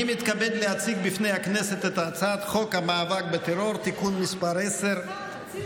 אני מתכבד להציג בפני הכנסת את הצעת חוק המאבק בטרור (תיקון מס' 10),